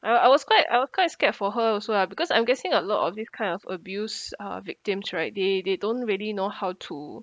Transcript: I I was quite I was quite scared for her also lah because I'm guessing a lot of these kind of abused uh victims right they they don't really know how to